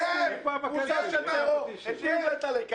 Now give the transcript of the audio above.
מספיק כבר --- אתם תומכי טרור.